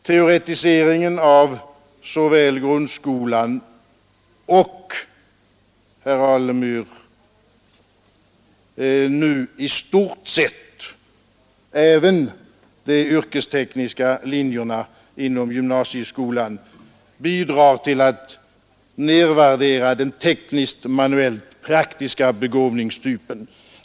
Teoretiseringen av såväl grundskolan som nu i stort sett även de yrkestekniska linjerna inom gymnasieskolan bidrar till att nervärdera den tekniskt manuellt praktiska begåvningstypen.